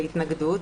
זו התנגדות,